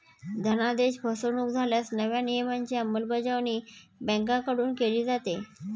धनादेश फसवणुक झाल्यास नव्या नियमांची अंमलबजावणी बँकांकडून केली जाते